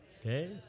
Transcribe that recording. Okay